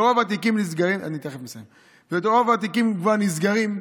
ורוב התיקים כבר נסגרים.